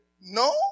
No